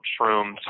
shrooms